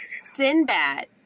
Sinbad